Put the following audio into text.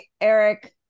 Eric